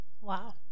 Wow